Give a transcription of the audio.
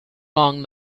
long